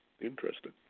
Interesting